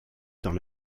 dans